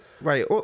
Right